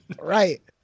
Right